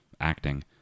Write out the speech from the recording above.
acting